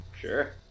Sure